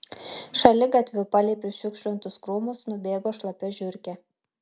šaligatviu palei prišiukšlintus krūmus nubėgo šlapia žiurkė